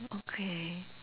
okay